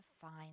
find